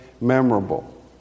memorable